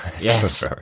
Yes